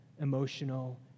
emotional